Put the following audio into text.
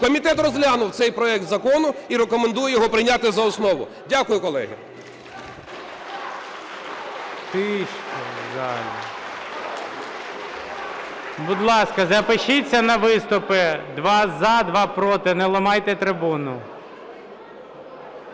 Комітет розглянув цей проект закону і рекомендує його прийняти за основу. Дякую, колеги.